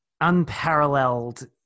unparalleled